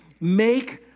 make